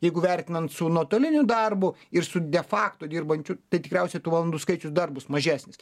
jeigu vertinant su nuotoliniu darbu ir su de fakto dirbančių tai tikriausiai tų valandų skaičius dar bus mažesnis